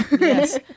Yes